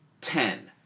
ten